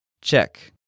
Check